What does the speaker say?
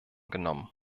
genommen